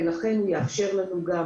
ולכן הכלי הזה יאפשר לנו גם